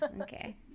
Okay